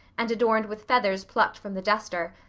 and adorned with feathers plucked from the duster,